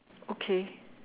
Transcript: okay